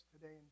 today